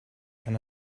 can